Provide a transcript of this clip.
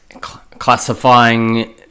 classifying